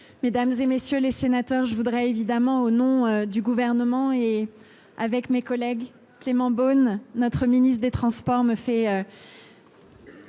Mesdames, et messieurs les sénateurs, je voudrais évidemment au nom du gouvernement et avec mes collègues, Clément Beaune, notre ministre des Transports me fait.